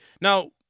Now